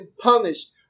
punished